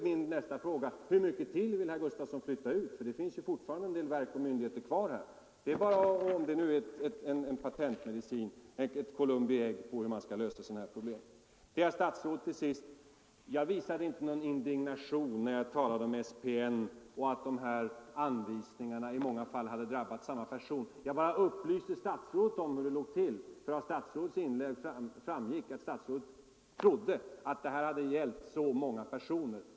Min nästa fråga är hur mycket mer herr Gustavsson vill flytta ut. Det finns ju fortfarande en del verk och myndigheter kvar här, om nu detta är en patentmedicin — ett Columbi ägg — för dessa problems lösning. Jag visade inte någon indignation, herr statsråd, när jag talade om SPN och att anvisningarna i många fall drabbat samma person. Jag bara upplyste statsrådet om hur det låg till, för av statsrådets inlägg framgick att statsrådet trodde att detta hade gällt så många personer.